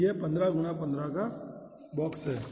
तो यह 15x 15 x 15 का बॉक्स है